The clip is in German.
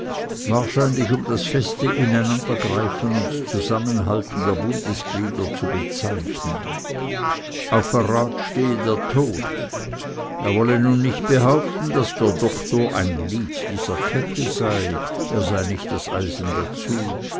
wahrscheinlich um das feste ineinandergreifen und zusammenhalten der bundesglieder zu bezeichnen auf verrat stehe der tod er wolle nun nicht behaupten daß der doktor ein glied dieser kette sei er sei nicht das eisen dazu